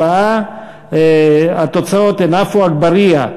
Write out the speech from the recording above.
4. התוצאות הן: עפו אגבאריה,